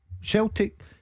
Celtic